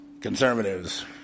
conservatives